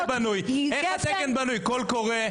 אנחנו כולנו משיחיים,